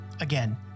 Again